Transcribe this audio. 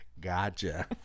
gotcha